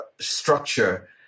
structure